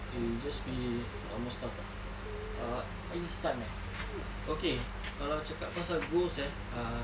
you just be normal stuff ah five years' time eh okay kalau cakap pasal goals eh um